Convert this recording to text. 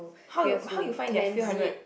how you how you find there's few hundred